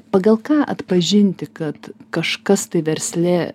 pagal ką atpažinti kad kažkas tai versle